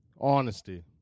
honesty